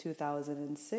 2006